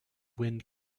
wind